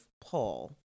pull